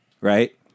right